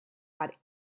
had